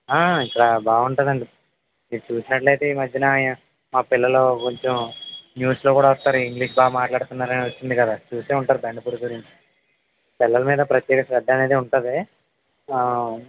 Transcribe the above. ఆ ఇక్కడ బాగుంటుందండి మీరు చూసినట్లయితే ఈ మధ్యన మా పిల్లలు కొంచెం న్యూస్లో కూడా వస్తారు ఇంగ్లీష్ బాగా మాట్లాడుతున్నారని వచ్చింది కదా చూసే ఉంటారు అదే బెండపూడి గురించి పిల్లల మీద ప్రత్యేక శ్రద్ధ అనేది ఉంటుంది